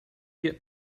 get